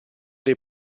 dei